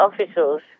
officials